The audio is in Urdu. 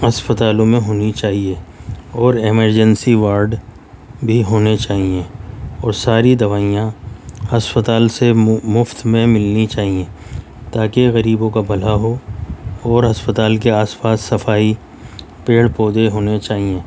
اسپتالوں میں ہونی چاہیے اور ایمرجینسی وارڈ بھی ہونے چاہیے اور ساری دوائیاں اسپتال سے مفت میں ملنی چاہئیں تاکہ غریبوں کا بھلا ہو اور اسپتال کے آس پاس صفائی پیڑ پودے ہونے چاہیے